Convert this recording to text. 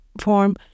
form